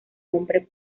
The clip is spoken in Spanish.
hombre